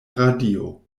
radio